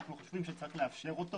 אנחנו חושבים שצריך לאפשר שימוש זה,